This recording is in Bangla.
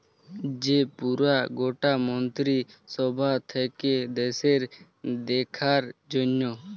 যে পুরা গটা মন্ত্রী সভা থাক্যে দ্যাশের দেখার জনহ